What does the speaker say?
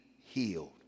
healed